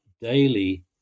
daily